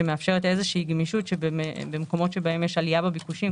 שמאפשרת איזושהי גמישות במקומות שבהם יש עלייה בביקושים,